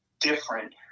different